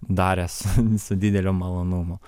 daręs su dideliu malonumu